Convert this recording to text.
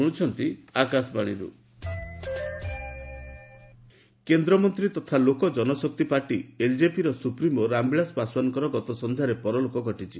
Paswan passes away କେନ୍ଦ୍ରମନ୍ତ୍ରୀ ତଥା Lok Janshakti party LJP supremo Ram Vilas ପାଶ୍ୱାନଙ୍କର ଗତସନ୍ଧ୍ୟାରେ ପରଲୋକ ଘଟିଛି